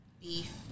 Beef